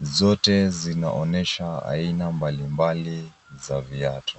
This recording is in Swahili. Zote zinaonyesha aina mbalimbali za viatu.